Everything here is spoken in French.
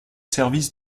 service